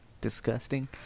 disgusting